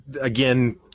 again